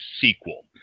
sequel